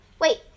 Wait